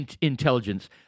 intelligence